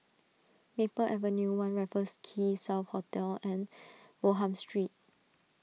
Maple Avenue one Raffles Quay South Hotel and Bonham Street